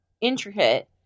intricate